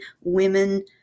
women